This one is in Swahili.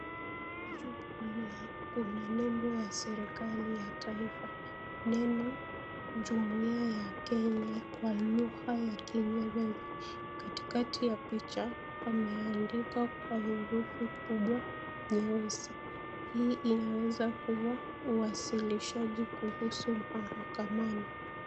Juu kulia, kuna nembo ya serikali ya taifa neno Jumuiya ya Kenya kwa lugha ya kiingereza, katikati ya picha pameandikwa kwa herufi kubwa nyeusi, hii inaweza kuwa uwasilishaji kuhusu mahakamani.